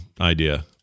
idea